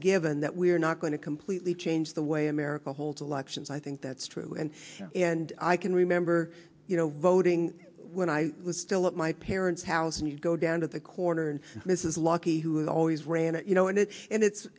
given that we're not going to completely change the way america holds elections i think that's true and and i can remember you know voting when i was still at my parents house and you go down to the quarter and this is lucky who is always ran and you know and it's and it's